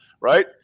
right